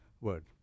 word